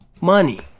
money